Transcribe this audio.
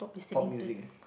pop music uh